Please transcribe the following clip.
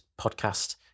podcast